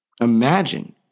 Imagine